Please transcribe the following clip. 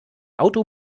auto